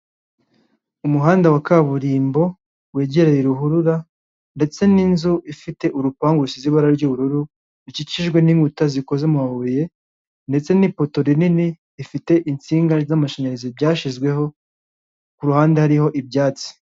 Umuhanda wa kaburimbo wegereye ruhurura ndetse n'inzu ifite urupangu rusize ibara ry'ubururu, rukikijwe n'inkuta zikoze mu mabuye ndetse n'ipoto rinini rifite insinga z'amashanyarazi, byashyizweho ku ruhande hariho ibyatsi.